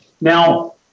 Now